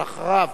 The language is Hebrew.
אבל אחריו